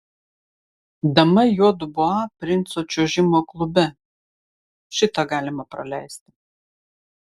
dama juodu boa princo čiuožimo klube šitą galima praleisti